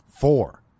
Four